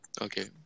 Okay